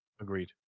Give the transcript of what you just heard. Agreed